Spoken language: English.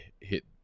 hit